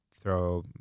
throw